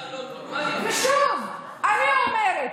ושוב אני אומרת: